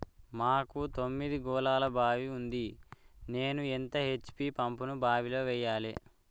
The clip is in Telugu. మాకు తొమ్మిది గోళాల బావి ఉంది నేను ఎంత హెచ్.పి పంపును బావిలో వెయ్యాలే?